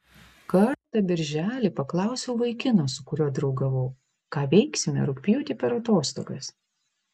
kartą birželį paklausiau vaikino su kuriuo draugavau ką veiksime rugpjūtį per atostogas